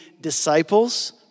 disciples